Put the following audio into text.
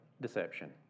deception